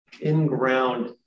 in-ground